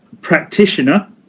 practitioner